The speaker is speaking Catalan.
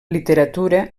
literatura